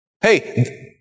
Hey